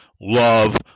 love